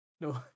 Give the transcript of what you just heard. No